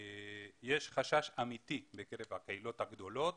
יש חשש אמיתי בקרב הקהילות הגדולות,